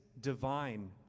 divine